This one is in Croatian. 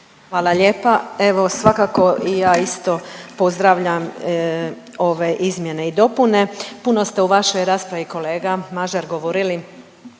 Hvala lijepa. Evo, svakako i ja isto pozdravljam ove izmjene i dopune. Puno ste u vašoj raspravi, kolega Mažar, govorili